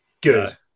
Good